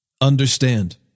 Understand